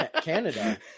Canada